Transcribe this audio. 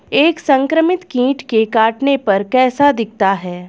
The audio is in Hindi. एक संक्रमित कीट के काटने पर कैसा दिखता है?